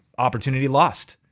opportunity lost.